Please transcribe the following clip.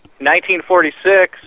1946